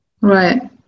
Right